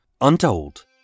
untold